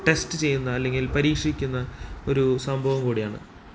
test ചെയ്യുന്ന അല്ലെങ്കിൽ പരീക്ഷിക്കുന്ന ഒരു സംഭവം കൂടിയാണ്